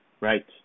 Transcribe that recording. Right